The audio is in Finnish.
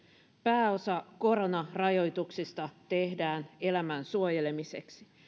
pääosa koronarajoituksista tehdään elämän suojelemiseksi